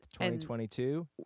2022